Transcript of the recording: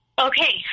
Okay